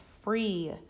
free